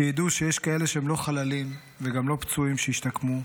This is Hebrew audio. שידעו שיש כאלה שהם לא חללים וגם לא פצועים שהשתקמו,